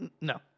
No